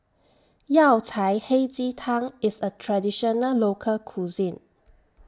Yao Cai Hei Ji Tang IS A Traditional Local Cuisine